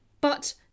but—